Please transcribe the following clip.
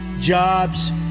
jobs